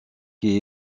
qui